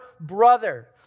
brother